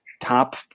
top